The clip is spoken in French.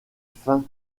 fins